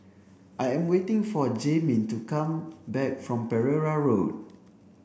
I am waiting for Jamin to come back from Pereira Road